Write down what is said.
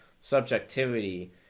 Subjectivity